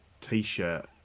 t-shirt